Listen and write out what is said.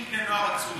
30 בני-נוער עצורים.